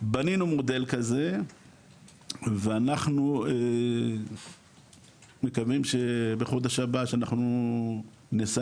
בנינו מודל כזה ואנחנו מקווים שבחודש הבא שאנחנו נסיים